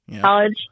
college